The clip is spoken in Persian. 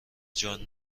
جان